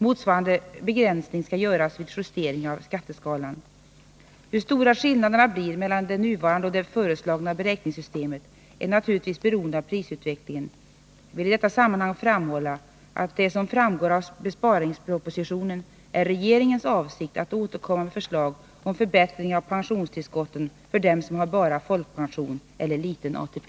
Motsvarande begränsning skall göras vid justeringen av skatteskalan. Hur stora skillnader det blir mellan det nuvarande och det föreslagna beräkningssystemet är naturligtvis beroende av prisutvecklingen. Jag vill i detta sammanhang framhålla att det, som framgår av besparingspropositionen, är regeringens avsikt att återkomma med förslag om förbättring av pensionstillskotten för dem som bara har folkpension eller liten ATP.